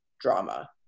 drama